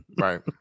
right